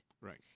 Right